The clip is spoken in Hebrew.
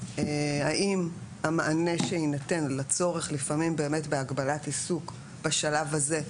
האם המענה שיינתן לצורך לפעמים באמת בהגבלת עיסוק בשלב הזה,